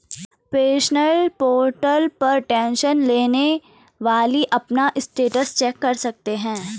pensioners portal पर tension लेने वाली अपना स्टेटस चेक कर सकते हैं